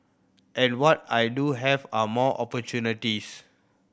and what I do have are more opportunities